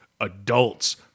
adults